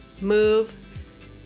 move